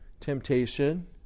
temptation